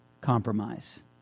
compromise